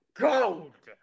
gold